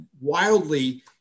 wildly